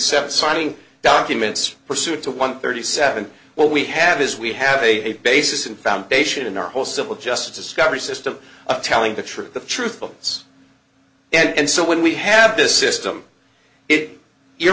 seven signing documents pursuant to one thirty seven what we have is we have a basis in foundation in our whole civil justice discovery system telling the truth the truth of things and so when we have this system it you're